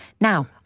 Now